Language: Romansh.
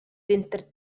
denter